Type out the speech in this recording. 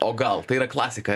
o gal tai yra klasika